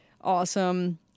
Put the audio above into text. awesome